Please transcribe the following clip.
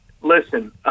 Listen